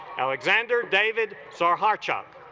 alexander david saw her chop